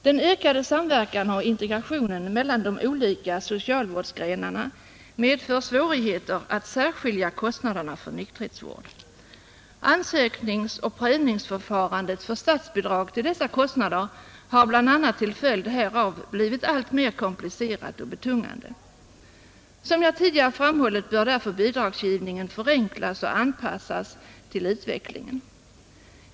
Den ökade samverkan och integrationen mellan de olika socialvårdsgrenarna medför svårigheter att särskilja kostnaderna för nykterhetsvård. Ansökningsoch prövningsförfarandet för statsbidrag till dessa kostnader har bl.a. till följd härav blivit alltmer komplicerat och betungande. Som jag tidigare ffamhållit bör därför bidragsgivningen förenklas och anpassas till utvecklingen.